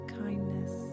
kindness